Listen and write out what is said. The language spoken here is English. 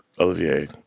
Olivier